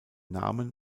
namen